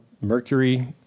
Mercury